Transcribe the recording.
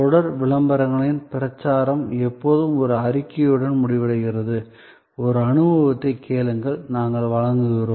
தொடர் விளம்பரங்களின் பிரச்சாரம் எப்போதும் ஒரு அறிக்கையுடன் முடிவடைகிறது ஒரு அனுபவத்தைக் கேளுங்கள் நாங்கள் வழங்குகிறோம்